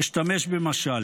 אשתמש במשל.